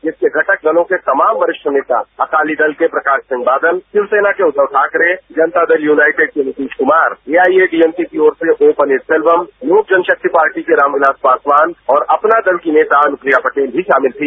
जिसके घटक दलों के तमाम वरिष्ठ नेता अकाली दल के प्रकाश सिंह बादल शिवसेना के उद्दव ठाकरे जनता दल यूनाइटेड के नीतीश कुमार एथाईएजीएमके पार्टी की ओर से पन्नीर सेल्वम लोक जनशाक्ति पार्टी के रामविलास पासवान और अपना दल की नेता अनप्रिया पटेल भी शामिल थी